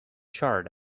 charred